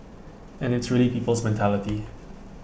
and it's really people's mentality